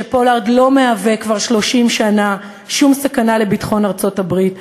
שפולארד לא מהווה כבר 30 שנה שום סכנה לביטחון ארצות-הברית,